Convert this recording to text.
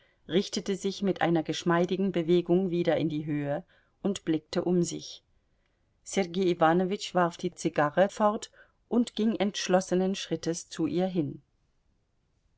richtete sich mit einer geschmeidigen bewegung wieder in die höhe und blickte um sich sergei iwanowitsch warf die zigarre fort und ging entschlossenen schrittes zu ihr hin